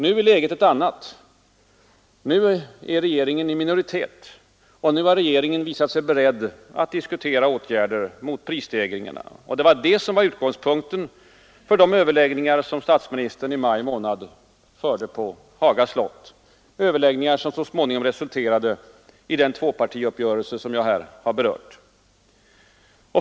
Nu är läget ett annat, nu är regeringen i minoritet, och nu har regeringen visat sig beredd att diskutera åtgärder mot prisstegringarna. Det var detta som var utgångspunkten för de överläggningar som statsministern i maj månad förde på Haga slott, överläggningar som så småningom resulterade i den tvåpartiuppgörelse som jag här har berört.